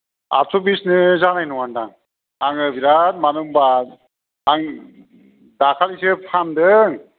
आदस'बिसनि जानाय नङा दां आङो बिराद मानोहोमबा आं दाखालिसो फानदों